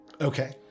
Okay